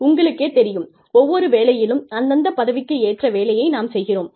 உங்களுக்கேத் தெரியும் ஒவ்வொரு வேலையிலும் அந்தந்த பதவிக்கு ஏற்ற வேலையை நாம் செய்கிறோம்